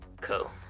Cool